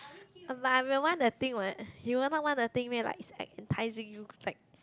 but I may want the thing what you would not want the thing meh like it's like enticing you it's like